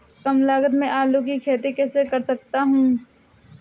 कम लागत में आलू की खेती कैसे कर सकता हूँ?